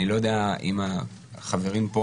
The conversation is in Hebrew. אני לא יודע אם החברים פה,